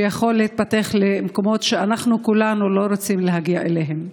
והוא יכול להתפתח למקומות שאנחנו כולנו לא רוצים להגיע אליהם.